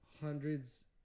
hundreds